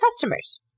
customers